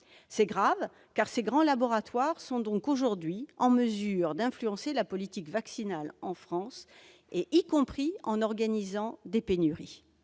C'est grave, car ces grands laboratoires sont aujourd'hui en mesure d'influencer la politique vaccinale en France, y compris en organisant des pénuries.